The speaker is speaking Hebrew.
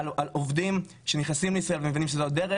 עובדים שנכנסים לישראל ומבינים שזו הדרך,